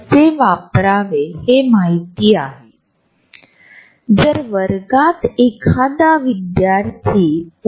सार्वजनिक झोन हे सर्वत्र आहे जे व्याख्यानांसाठी इतर कामगिरीसाठी योग्य अंतर आहे